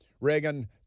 Reagan